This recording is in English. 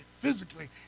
physically